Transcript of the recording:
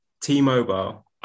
t-mobile